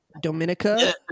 Dominica